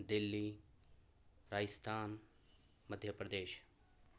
Delhi Rajasthan Madhya Pradesh